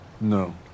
No